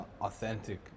authentic